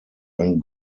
ein